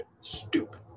Stupid